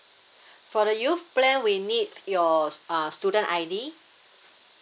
for the youth plan we needs your uh student I_D